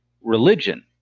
Religion